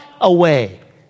away